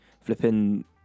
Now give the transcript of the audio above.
flipping